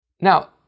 Now